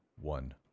one